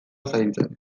zaintzen